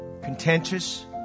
contentious